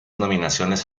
nominaciones